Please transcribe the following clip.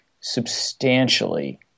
substantially